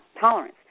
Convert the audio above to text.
tolerance